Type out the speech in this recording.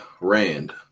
Rand